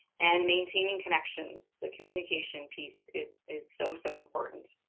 and maintaining connections. the communication piece is is so, so important.